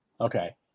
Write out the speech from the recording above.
Okay